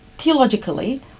Theologically